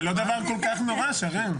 בדיוק שהוא לא מכבד את היהדות האחרת,